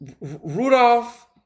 Rudolph